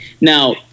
Now